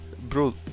Bro